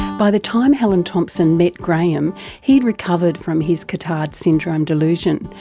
by the time helen thomson met grahame he had recovered from his cotard's syndrome delusion,